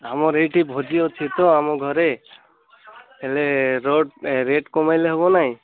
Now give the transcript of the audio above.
ଆମର ଏଇଠି ଭୋଜି ଅଛି ତ ଆମ ଘରେ ହେଲେ ରୋ ରେଟ୍ କମେଇଲେ ହବନାଇଁ